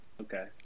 Okay